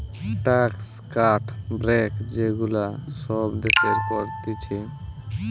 tax cut, break যে গুলা সব দেশের করতিছে